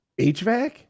HVAC